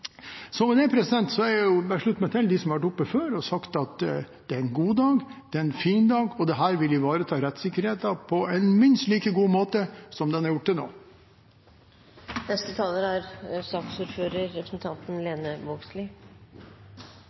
Med det vil jeg slutte meg til dem som har vært på talerstolen før og sagt at det er en god dag. Det er en fin dag, og dette vil ivareta rettssikkerheten på en minst like god måte som det er blitt gjort til nå. Eg er